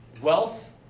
wealth